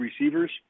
receivers